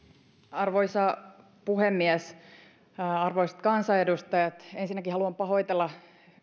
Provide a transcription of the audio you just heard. arvoisa puhemies arvoisat kansanedustajat ensinnäkin haluan pahoitella